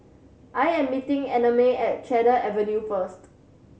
I am meeting Annamae at Cedar Avenue first